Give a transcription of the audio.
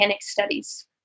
studies